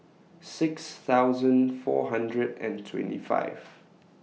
six thousand four hundred and twenty five